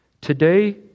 Today